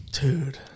Dude